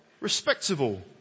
respectable